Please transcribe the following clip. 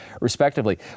respectively